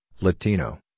Latino